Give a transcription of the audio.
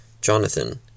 Jonathan